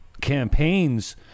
campaigns